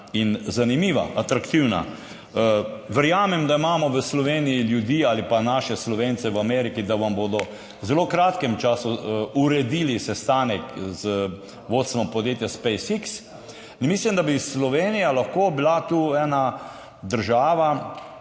in zanimiva, atraktivna. Verjamem, da imamo v Sloveniji ljudi ali pa naše Slovence v Ameriki, da vam bodo v zelo kratkem času uredili sestanek z vodstvom podjetja SpaceX. Mislim, da bi lahko bila Slovenija tu ena država,